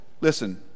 listen